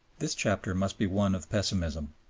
this chapter must be one of pessimism.